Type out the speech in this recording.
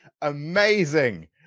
amazing